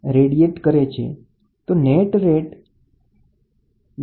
આ તાપમાન અહીં ધ્યાને લેવામાં આવેલ પદાર્થ ના તાપમાન કરતા ઓછું હોય છે